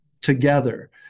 together